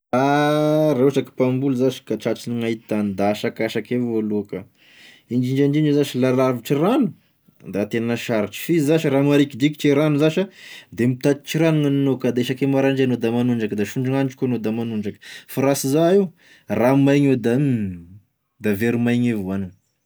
Raha ohatry ka mpamboly zash ka tratry gn'hain-tany da asakasaky avao aloha ka, indindrindrindra zash raha lavitry rano da tena sarotry, f'izy zash raha marikidrikitre rano zasha da miatitry rano anao ka isaky maraindray anao da magnano agnzay ka da sondrogn'andro koa anao da manondraky, raha sy iza io raha maigna io da da very maigny io vao hagnina.